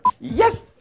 Yes